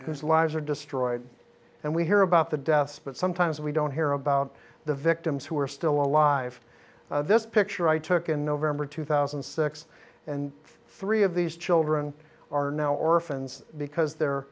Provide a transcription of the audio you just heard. whose lives are destroyed and we hear about the deaths but sometimes we don't hear about the victims who are still alive this picture i took in november two thousand and six and three of these children are now orphans because their